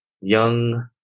young